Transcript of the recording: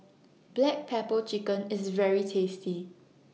Black Pepper Chicken IS very tasty